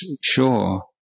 sure